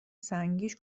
سنگیش